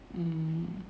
mm